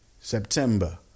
September